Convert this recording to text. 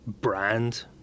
brand